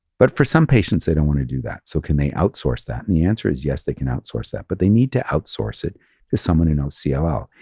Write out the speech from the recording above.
but for some patients, they don't want to do that. so can they outsource that? and the answer is yes they can outsource that, but they need to outsource it to someone who knows so cll.